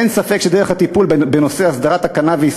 אין ספק שדרך הטיפול בנושא הסדרת הקנאביס